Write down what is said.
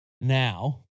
now